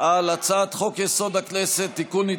על הצעת חוק-יסוד: הכנסת (תיקון,